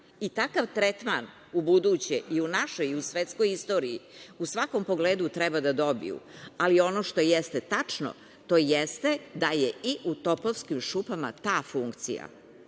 i takav tretman ubuduće, i u našoj i u svetskoj istoriji, u svakom pogledu treba da dobiju, ali ono što jeste tačno, to jeste da je i u Topovskim šupama ta funkcija